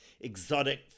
exotic